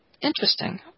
interesting